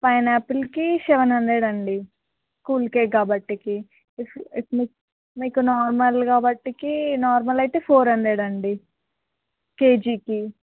పైనాపిల్కి seven hundred అండి cool cake కాబట్టి మీ మీకు నార్మల్ కాబట్టి నార్మల్ అయితే ఫోర్ హండ్రెడ్ అండి కేజీకి